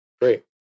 Great